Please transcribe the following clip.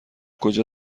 کجا